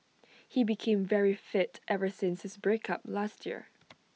he became very fit ever since his break up last year